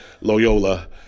Loyola